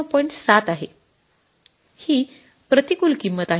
हि प्रतिकूल किंमत आहे